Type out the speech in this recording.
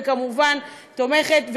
וכמובן תומכת,